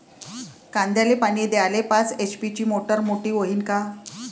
कांद्याले पानी द्याले पाच एच.पी ची मोटार मोटी व्हईन का?